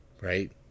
right